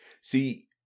See